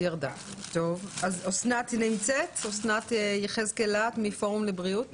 אני נציגת פורום לבריאות